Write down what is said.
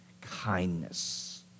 kindness